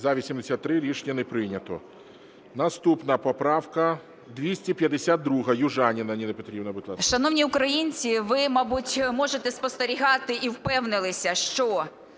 За-83 Рішення не прийнято. Наступна поправка 252, Южаніна Ніна Петрівна. Будь ласка. 13:49:36 ЮЖАНІНА Н.П. Шановні українці, ви, мабуть, можете спостерігати і впевнилися, що